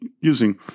using